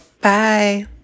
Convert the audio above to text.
Bye